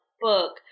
book